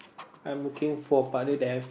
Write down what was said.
I'm looking for partner that have